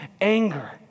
anger